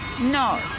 No